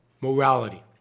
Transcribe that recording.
morality